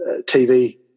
tv